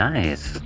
Nice